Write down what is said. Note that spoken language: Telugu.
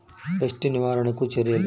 పెస్ట్ నివారణకు చర్యలు?